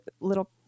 little